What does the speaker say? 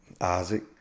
Isaac